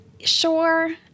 Sure